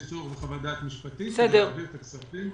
יש צורך בחוות דעת משפטית כדי להעביר את הכספים.